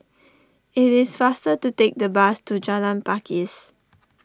it is faster to take the bus to Jalan Pakis